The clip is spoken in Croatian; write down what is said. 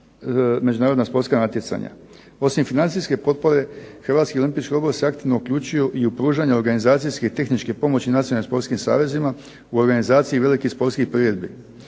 međunarodna sportska natjecanja. Osim financijske potpore, Hrvatski olimpijski odbor se aktivno uključio i u pružanje organizacijske i tehničke pomoći nacionalnim sportskim savezima, u organizaciji velikih sportskih priredbi.